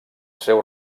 seu